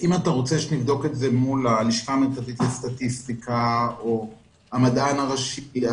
אם אתה רוצה שנבדוק את זה מול הלשכה המרכזית לסטטיסטיקה או המדען הראשי,